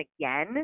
again